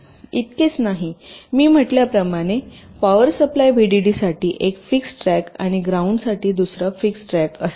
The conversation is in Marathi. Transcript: इतकेच नाही मी म्हटल्याप्रमाणे पॉवर सप्लाय व्हीडीडीसाठी एक फिक्स्ड ट्रॅक आणि ग्राउंडसाठी दुसरा फिक्स्ड ट्रॅक असेल